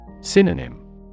Synonym